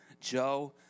Joe